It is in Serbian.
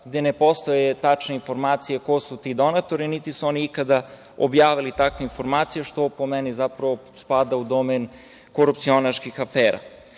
gde ne postoje tačne informacije ko su ti donatori, niti su oni ikada objavili takve informacije, što, po meni, zapravo spada u domen korupcionaških afera. Imamo